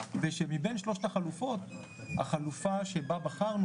ושמבין שלוש החלופות החלופה שבה בחרנו